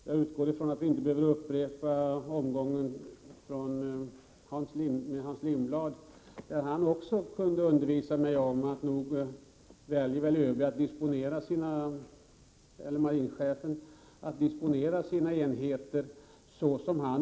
Jag utgår från att vi inte behöver upprepa den debattomgång som vi hade med Hans Lindblad, där han kunde upplysa mig om att marinchefen nog väljer att disponera sina enheter på det sätt han själv önskar.